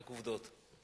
רק עובדות.